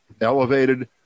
elevated